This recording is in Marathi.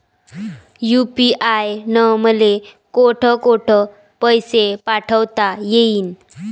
यू.पी.आय न मले कोठ कोठ पैसे पाठवता येईन?